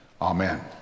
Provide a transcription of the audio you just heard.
amen